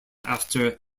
after